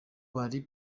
bari